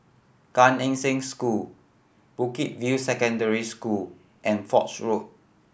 Gan Eng Seng School Bukit View Secondary School and Foch Road